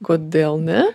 kodėl ne